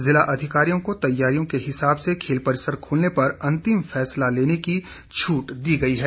जिला अधिकारियों को तैयारियों के हिसाब से खेल परिसर खोलने पर अंतिम फैसला लेने की छूट दी गई है